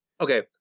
Okay